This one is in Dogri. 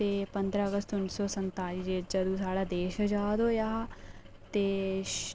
ते पंदरां अगस्त उन्नी सौ पंजाह् जदूं साढ़ा देश आजाद होआ हा ते